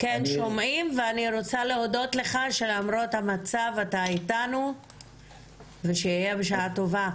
ואני רוצה להודות לך שלמרות המצב אתה איתנו ושיהיה בשעה טובה.